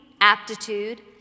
aptitude